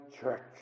church